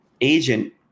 agent